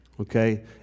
Okay